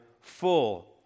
full